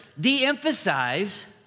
de-emphasize